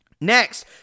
Next